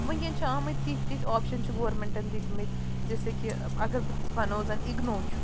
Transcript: وٕنۍکٮ۪ن چھِ آمٕتۍ تِتھ تِتھ آپشَن چھِ گورمٮ۪نٛٹَن دِتۍمٕتۍ جیسے کہِ اَگر بہٕ وَنو زَنہٕ اِگنو چھُ